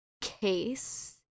case